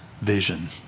vision